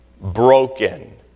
broken